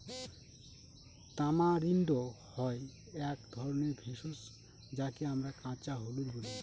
tamarind হয় এক ধরনের ভেষজ যাকে আমরা কাঁচা হলুদ বলি